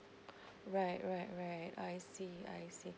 right right right I see I see